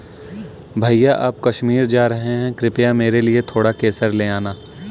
भैया आप कश्मीर जा रहे हैं कृपया मेरे लिए थोड़ा केसर ले आना